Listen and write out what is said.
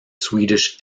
swedish